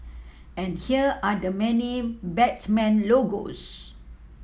and here are the many Batman logos